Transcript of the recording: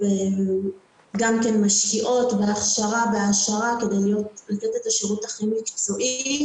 גם משקיעות בהכשרה ובהעשרה כדי לתת את השירות הכי מקצועי.